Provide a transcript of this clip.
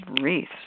wreaths